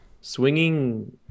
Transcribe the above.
swinging